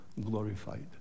glorified